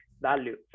value